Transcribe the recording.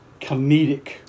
comedic